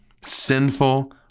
sinful